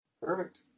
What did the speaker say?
Perfect